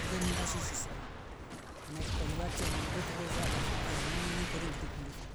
Ule ninga siishi sana maanae kulivatia umungule teleza alafu amaani kure ngirikunde nginifo